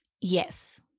Yes